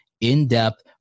in-depth